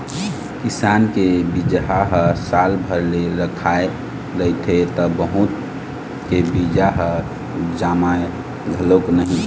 किसान के बिजहा ह साल भर ले रखाए रहिथे त बहुत के बीजा ह जामय घलोक नहि